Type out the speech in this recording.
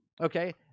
Okay